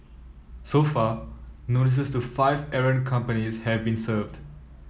so far notices to five errant companies have been served